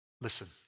Listen